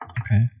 Okay